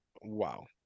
Wow